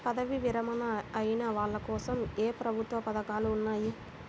పదవీ విరమణ అయిన వాళ్లకోసం ఏ ప్రభుత్వ పథకాలు ఉన్నాయి?